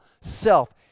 self